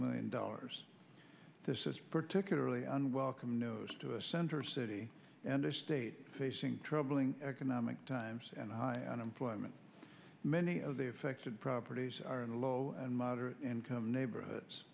million dollars this is particularly unwelcome knows to a center city and a state facing troubling economic times and high unemployment many of the affected properties are in low and moderate income neighborhoods